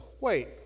wait